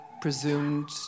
presumed